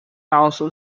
also